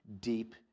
deep